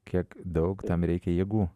kiek daug tam reikia jėgų